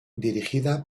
dirigida